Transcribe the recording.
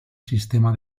sistema